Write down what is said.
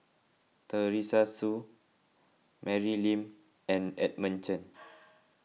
Teresa Hsu Mary Lim and Edmund Chen